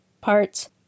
Parts